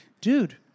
dude